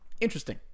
interesting